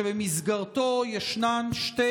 שבמסגרתו יש שתי